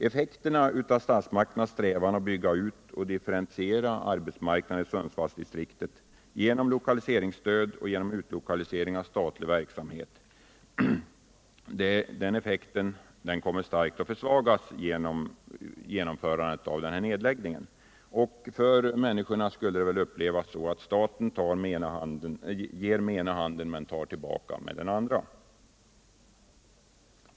Effekterna av statsmakternas strävan att bygga ut och differentiera arbetsmarknaden i Sundsvallsdistriktet genom lokaliseringsstöd och genom utlokalisering av statlig förvaltning kommer att starkt försvagas, om nedläggningen genomförs. Av människorna skulle det upplevas som om staten ger med den ena handen och tar tillbaka med den andra.